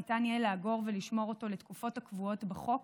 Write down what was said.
ניתן יהיה לאגור ולשמור אותו לתקופות הקבועות בחוק,